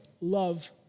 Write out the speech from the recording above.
love